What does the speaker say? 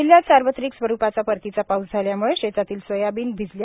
जिल्ह्यात सार्वत्रिक स्वरुपाचा परतीचा पाऊस झाल्याम्ळे शेतातील सोयाबीन भिजल्या